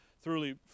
thoroughly